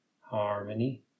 harmony